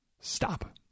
stop